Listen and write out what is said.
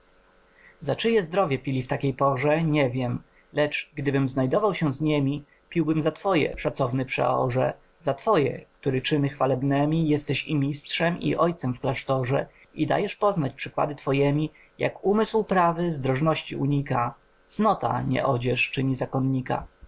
za czyje zdrowie pili w takiej porze nie wiem lecz gdybym znajdował się z niemi piłbym za twoje szanowny przeorze za twoje który czyny chwalebnemi jesteś i mistrzem i ojcem w klasztorze i dajesz poznać przykłady twojemi jak umysł prawy zdrożności unika cnota nie odzież czyni zakonnika